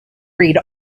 read